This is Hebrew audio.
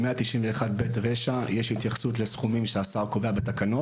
בסעיף 191(ב) רישא יש התייחסות לסכומים --- בתקנות,